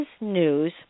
news